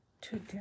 today